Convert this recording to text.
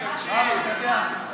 אתה יודע,